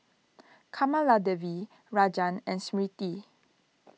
Kamaladevi Rajan and Smriti